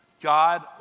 God